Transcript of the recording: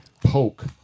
poke